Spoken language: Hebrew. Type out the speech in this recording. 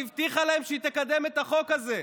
היא הבטיחה להם שהיא תקדם את החוק הזה.